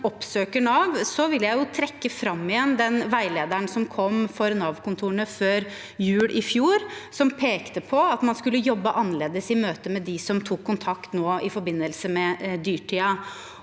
jeg trekke fram den veilederen som kom for Nav-kontorene før jul i fjor. Den pekte på at man skulle jobbe annerledes i møte med dem som tok kontakt nå i forbindelse med dyrtiden.